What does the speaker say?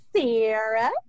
Sarah